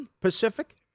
Pacific